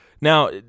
Now